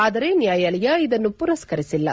ಆದರೆ ನ್ನಾಯಾಲಯ ಇದನ್ನು ಪುರಸ್ತರಿಸಿಲ್ಲ